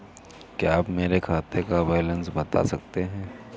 क्या आप मेरे खाते का बैलेंस बता सकते हैं?